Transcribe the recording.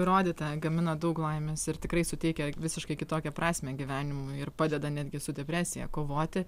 įrodyta gamina daug laimės ir tikrai suteikia visiškai kitokią prasmę gyvenimui ir padeda netgi su depresija kovoti